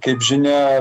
kaip žinia